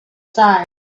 side